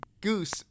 goose